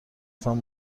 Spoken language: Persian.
تان